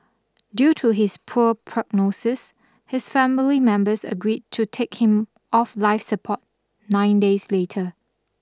due to his poor prognosis his family members agreed to take him off life support nine days later